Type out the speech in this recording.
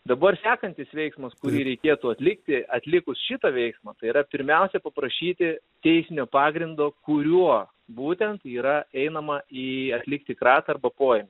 dabar sekantis veiksmas kurį reikėtų atlikti atlikus šitą veiksmą tai yra pirmiausia paprašyti teisinio pagrindo kuriuo būtent yra einama į atlikti kratą arba poėmį